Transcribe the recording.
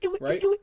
right